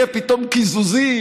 יהיו פתאום קיזוזים,